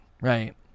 right